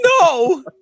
no